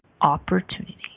opportunity